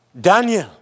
Daniel